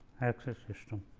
axis system